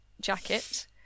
jacket